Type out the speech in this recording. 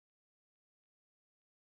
on my picture they on diet